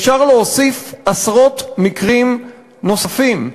אפשר להוסיף עשרות מקרים נוספים.